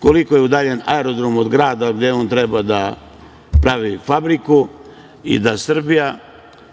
koliko je udaljen aerodrom od grada u kome on treba da pravi fabriku i da Srbija